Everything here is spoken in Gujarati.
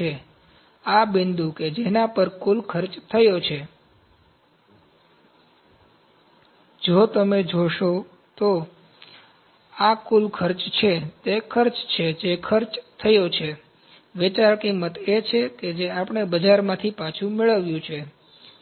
તેથી આ બિંદુ કે જેના પર કુલ ખર્ચ થયો છે જો તમે જોશો કે આ કુલ ખર્ચ તે ખર્ચ છે જે ખર્ચ થયો છે વેચાણ કિંમત એ છે કે આપણે બજારમાંથી પાછું મેળવ્યું છે